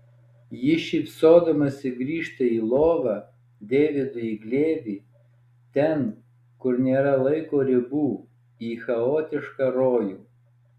ji šypsodamasi grįžta į lovą deividui į glėbį ten kur nėra laiko ribų į chaotišką rojų